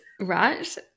right